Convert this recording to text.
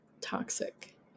toxic